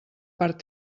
part